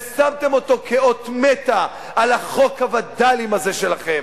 ושמתם אותו כאות מתה על חוק הווד"לים הזה שלכם.